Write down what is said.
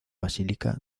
basílica